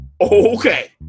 Okay